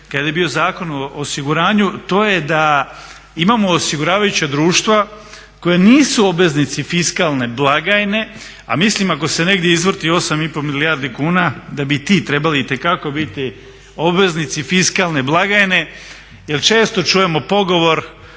kada je bio Zakon o osiguranju to je da imamo osiguravajuća društva koja nisu obveznici fiskalne blagajne a mislim ako se negdje izvrti 8,5 milijardi kuna da bi i ti trebali itekako biti obveznici fiskalne blagajne. Jer često čujemo pogovor